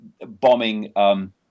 bombing